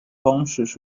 方式